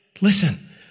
Listen